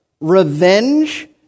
revenge